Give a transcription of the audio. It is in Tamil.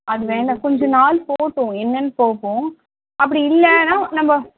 அது வேணாம் கொஞ்சம் நாள் போட்டும் என்னென்னு பார்ப்போம் அப்படி இல்லைன்னா நம்ப